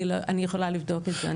אני יכולה לבדוק את זה.